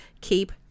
keep